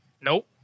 Nope